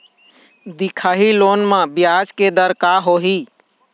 दिखाही लोन म ब्याज के दर का होही?